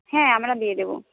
হ্যাঁ আমরা দিয়ে দেবো